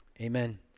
Amen